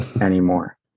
anymore